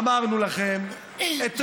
אמרנו לכם, התרענו,